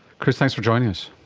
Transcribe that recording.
chris, thanks for joining us.